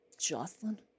jocelyn